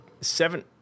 Seven